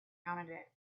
counted